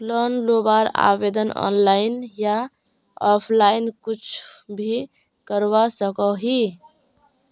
Loan लुबार आवेदन online या ऑफलाइन कुछ भी करवा सकोहो ही?